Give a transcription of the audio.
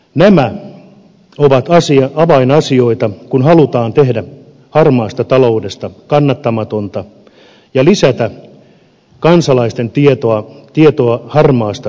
nämä ovat avainasioita kun halutaan tehdä harmaasta taloudesta kannattamatonta ja lisätä kansalaisten tietoa harmaasta taloudesta